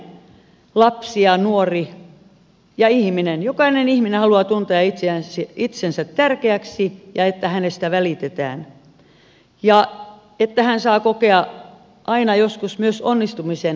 jokainen lapsi ja nuori jokainen ihminen haluaa tuntea itsensä tärkeäksi ja tuntea että hänestä välitetään ja haluaa että hän saa kokea aina joskus myös onnistumisen tunteita